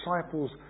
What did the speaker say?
disciples